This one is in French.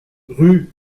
rue